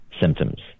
symptoms